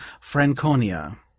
Franconia